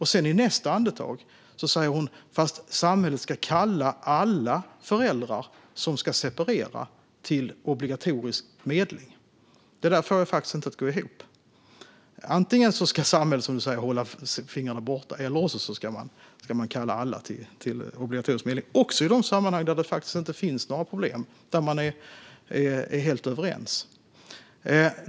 Å andra sidan säger hon att samhället ska kalla alla föräldrar som ska separera till obligatorisk medling. Det där får jag faktiskt inte att gå ihop. Antingen ska samhället, som du säger, hålla fingrarna borta eller också ska man kalla alla till obligatorisk medling, också i de sammanhang där det faktiskt inte finns några problem och man är helt överens.